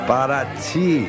Parati